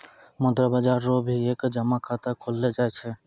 मुद्रा बाजार रो भी एक जमा खाता खोललो जाय छै